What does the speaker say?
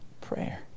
prayer